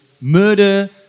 murder